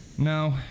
No